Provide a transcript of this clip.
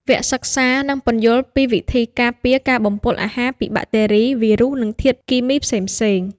វគ្គសិក្សានឹងពន្យល់ពីវិធីការពារការបំពុលអាហារពីបាក់តេរី វីរុស និងធាតុគីមីផ្សេងៗ។